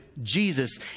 Jesus